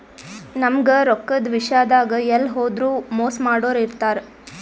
ನಮ್ಗ್ ರೊಕ್ಕದ್ ವಿಷ್ಯಾದಾಗ್ ಎಲ್ಲ್ ಹೋದ್ರು ಮೋಸ್ ಮಾಡೋರ್ ಇರ್ತಾರ